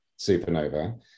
Supernova